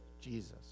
Jesus